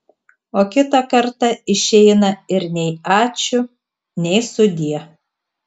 o kitą kartą išeina ir nei ačiū nei sudie